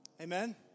Amen